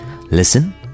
Listen